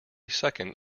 second